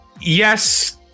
yes